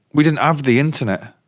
we didn't have the internet,